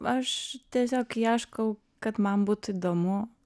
aš tiesiog ieškau kad man būtų įdomu